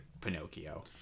Pinocchio